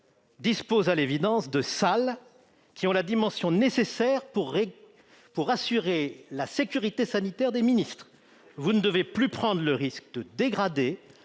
dispose à l'évidence de salles qui ont la dimension nécessaire pour assurer la sécurité sanitaire des ministres. Vous ne devez plus prendre le risque de dégrader,